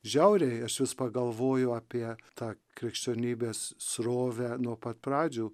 žiauriai aš vis pagalvoju apie tą krikščionybės srovę nuo pat pradžių